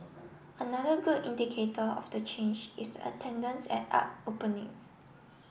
another good indicator of the change is the attendance at art openings